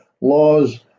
laws